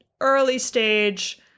early-stage